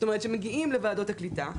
זאת אומרת שמגיעים לוועדות הקליטה,